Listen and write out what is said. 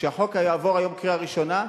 שהחוק יעבור היום קריאה ראשונה,